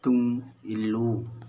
ꯇꯨꯡ ꯏꯜꯂꯨ